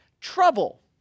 trouble